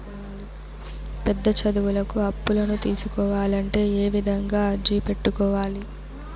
పెద్ద చదువులకు అప్పులను తీసుకోవాలంటే ఏ విధంగా అర్జీ పెట్టుకోవాలి?